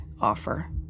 offer